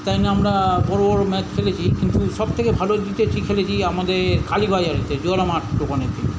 তাই জন্য আমরা বড়ো বড়ো ম্যাচ খেলেছি কিন্তু সব থেকে ভালো জিতেছি খেলেছি আমাদের কালী বাজারেতে মাঠে দোকানে